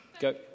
Go